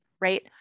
right